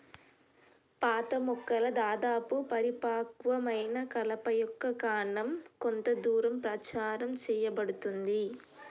పాత మొక్కల దాదాపు పరిపక్వమైన కలప యొక్క కాండం కొంత దూరం ప్రచారం సేయబడుతుంది